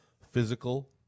physical